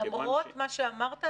למרות מה שאמרת,